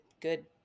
good